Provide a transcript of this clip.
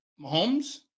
Mahomes